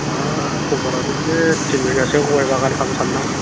मा खबरा बिदिनो तिन बिगासो गय बागान खालामनो सानदां